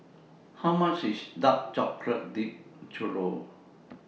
How much IS Dark Chocolate Dipped Churro